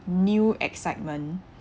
new excitement